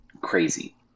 crazy